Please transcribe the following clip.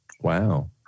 Wow